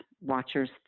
watchers